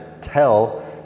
tell